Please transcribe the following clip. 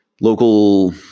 Local